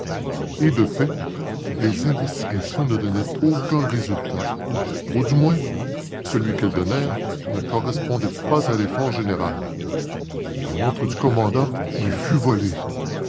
et de fait les investigations ne donnaient aucun résultat ou du moins celui qu'elles donnèrent ne correspondait pas à l'effort général la montre du commandant lui fut volée